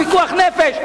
פיקוח נפש.